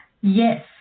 Yes